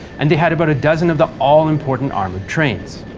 and they had about a dozen of the all-important armored trains.